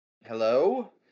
Hello